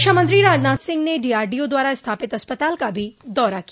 रक्षामंत्री राजनाथ सिंह ने डीआरडीओ द्वारा स्थापित अस्पताल का भी दौरा किया